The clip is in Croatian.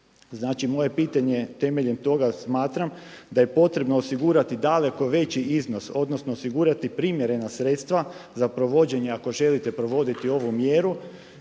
moje pitanje je, temeljem toga smatram da je potrebno osigurati daleko veći iznos, odnosno osigurati primjerena sredstva za provođenje ako želite provoditi ovu mjeru